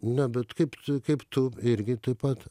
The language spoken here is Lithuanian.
n jo bet kaip tu kaip tu irgi taip pat